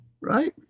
right